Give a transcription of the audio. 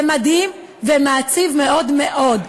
זה מדהים ומעציב מאוד מאוד.